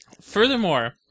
Furthermore